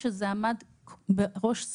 לכן אני מצפה ממשרד הבריאות שיעבוד במשרד